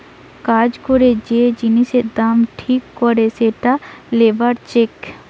কাজ করে যে জিনিসের দাম ঠিক করে সেটা লেবার চেক